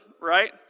right